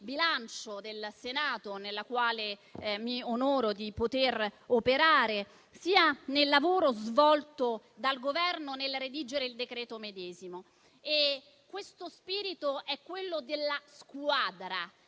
bilancio del Senato, nella quale mi onoro di poter operare, sia nel lavoro svolto dal Governo nel redigere il decreto-legge medesimo. Mi riferisco allo spirito di squadra.